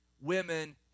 women